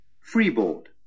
Freeboard –